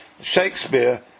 Shakespeare